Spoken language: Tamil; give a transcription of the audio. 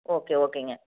ஓகே ஓகேங்க